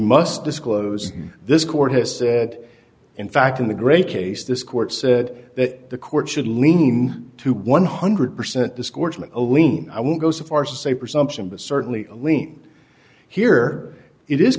must disclose this court has said in fact in the great case this court said that the court should lean to one hundred percent this court's myleene i won't go so far say presumption but certainly lean here it is